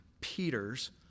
Peter's